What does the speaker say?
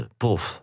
prof